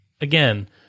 again